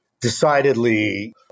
decidedly